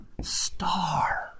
star